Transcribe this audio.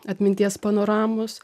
atminties panoramos